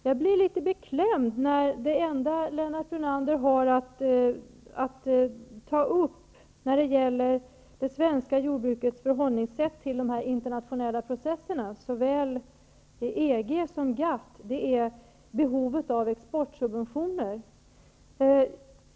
Jag blir litet beklämd när det enda Lennart Brunander har att komma med när det gäller det svenska jordbrukets förhållningssätt till de internationella processerna, såväl i EG som i GATT, är behovet av exportsubventioner.